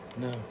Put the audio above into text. No